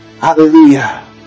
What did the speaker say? Hallelujah